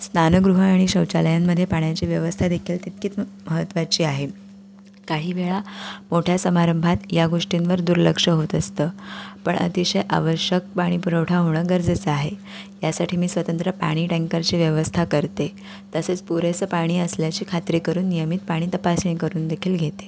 स्नानगृह आणि शौचालयांमध्ये पाण्याची व्यवस्था देखील तितकीच महत्त्वाची आहे काही वेळा मोठ्या समारंभात या गोष्टींवर दुर्लक्ष होत असतं पण अतिशय आवश्यक पाणीपुरवठा होणं गरजेचं आहे यासाठी मी स्वतंत्र पाणी टँकरची व्यवस्था करते तसेच पुरेसं पाणी असल्याची खात्री करून नियमित पाणी तपासणी करून देखील घेते